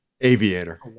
aviator